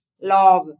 love